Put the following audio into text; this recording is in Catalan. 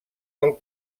del